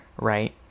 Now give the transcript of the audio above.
right